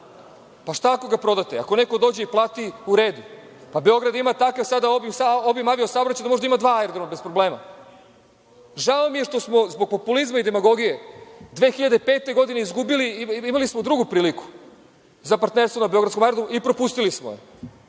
Pa šta ako ga prodate? Ako neko dođe i plati, u redu. Pa Beograd ima takav obim avio-saobraćaja da može da ima dva aerodroma bez problema. Žao mi je što smo zbog populizma i demagogije 2005. godine izgubili i imali smo drugu priliku za partnerstvo na beogradskom aerodromu i propustili smo je.